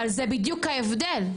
אבל זה בדיוק ההבדל.